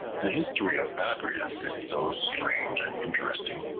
the history of babrias is so strange and interesting,